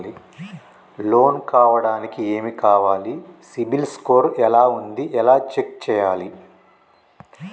Loan కావడానికి ఏమి కావాలి సిబిల్ స్కోర్ ఎలా ఉంది ఎలా చెక్ చేయాలి?